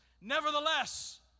Nevertheless